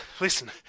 Listen